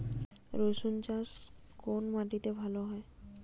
রুসুন চাষ কোন মাটিতে ভালো হয়?